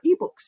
eBooks